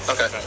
Okay